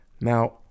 Now